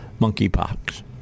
monkeypox